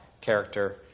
character